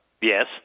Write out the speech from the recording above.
Yes